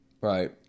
right